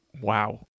wow